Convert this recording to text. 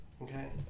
Okay